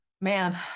Man